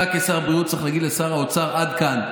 אתה כשר בריאות צריך להגיד לשר האוצר: עד כאן,